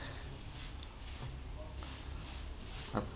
I'm